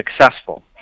successful